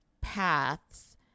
paths